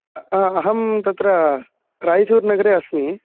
आ अहं तत्र रायचूरुनगरे अस्मि